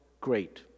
great